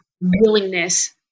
willingness